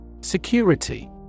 Security